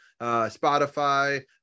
Spotify